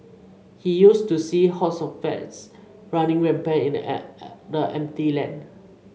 he used to see hordes of rats running rampant in the empty land